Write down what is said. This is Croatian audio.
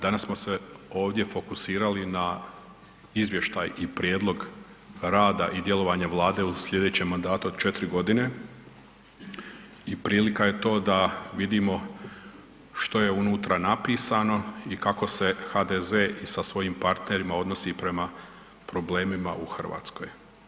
Danas smo se ovdje fokusirali na izvještaj i prijedlog rada i djelovanja vlade u slijedećem mandatu od 4.g. i prilika je to da vidimo što je unutra napisano i kako se HDZ i sa svojim partnerima odnosi prema problemima u RH.